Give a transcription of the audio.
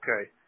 okay